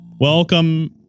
Welcome